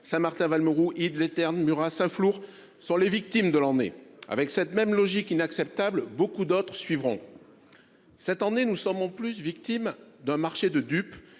Saint-Martin-Valmeroux, Ydes, les Ternes, Murat, Saint-Flour, sont les victimes de l'année. Avec cette même logique inacceptable, beaucoup d'autres suivront ! Cette année, nous sommes en plus victimes d'un marché de dupes,